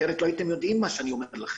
אחרת לא הייתם יודעים מה שאני אומר לכם.